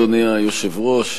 אדוני היושב-ראש,